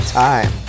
time